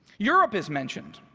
europe has mentioned